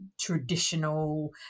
traditional